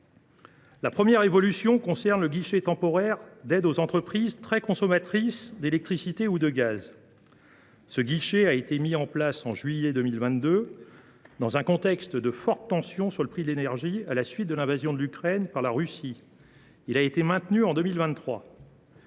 La première évolution concerne le guichet temporaire d’aide aux entreprises très consommatrices d’électricité ou de gaz. Ce guichet a été mis en place en juillet 2022 dans un contexte de fortes tensions sur le prix de l’énergie, à la suite de l’invasion de l’Ukraine par la Russie. Il a été maintenu en 2023.